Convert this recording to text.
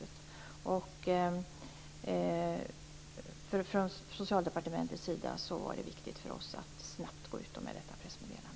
Från oss på Socialdepartementet var det viktigt att snabbt gå ut med detta pressmeddelande.